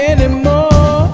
Anymore